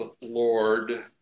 Lord